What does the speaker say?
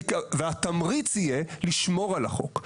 והתמריץ יהיה - לשמור על החוק.